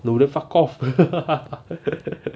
no then fuck off